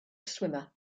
swimmer